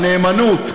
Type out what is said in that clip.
הנאמנות.